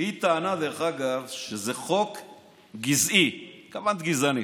והיא טענה, דרך אגב, שזה חוק גזעי, התכוונת גזעני.